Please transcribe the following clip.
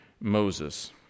Moses